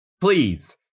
please